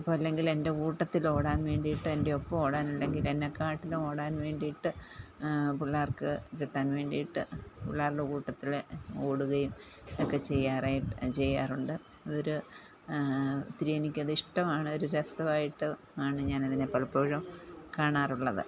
അപ്പോഴല്ലെങ്കിൽ എൻ്റെ കൂട്ടത്തിൽ ഓടാൻ വേണ്ടിയിട്ട് എൻ്റെ ഒപ്പം ഓടാൻ അല്ലെങ്കിൽ എന്നെക്കാട്ടിലും ഓടാൻ വേണ്ടിയിട്ട് പിള്ളേർക്ക് കിട്ടാൻ വേണ്ടിയിട്ട് പിള്ളാരുടെ കൂട്ടത്തില് ഓടുകയും എക്കെ ചെയ്യാറായിട് ചെയ്യാറുണ്ട് അതൊരു ഒത്തിരിയെനിക്കത് ഇഷ്ടമാണ് ഒരു രസമായിട്ട് ആണ് ഞാനതിനെ പലപ്പോഴും കാണാറുള്ളത്